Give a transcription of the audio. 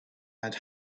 had